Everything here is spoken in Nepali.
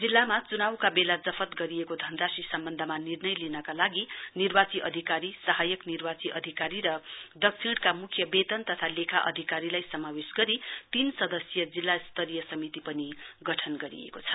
जिल्लामा चुनाउका बेला जफ्त गरिएको धनराशि सम्वन्धमा निर्वय लिनका लागि निर्वाची अधिकारी सहयाक निर्वाची अधिकारी र दक्षिणका मुख्य वेतन तथा लेखा अधिकारीलाई समावेश गरी तीन सदस्यीय जिल्ला स्तरीय समिति पनि गठन गरिएको छ